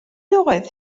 oedd